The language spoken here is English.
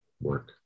work